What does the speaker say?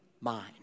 mind